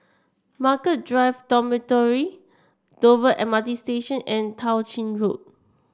Margaret Drive Dormitory Dover M R T Station and Tao Ching Road